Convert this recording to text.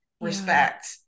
respect